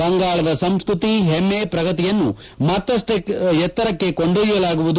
ಬಂಗಾಳದ ಸಂಸ್ತತಿ ಹೆಮ್ನೆ ಪ್ರಗತಿಯನ್ನು ಮತ್ತಷ್ಟು ಎತ್ತರಕ್ಕೆ ಕೊಂಡೊಯ್ಲಲಾಗುವುದು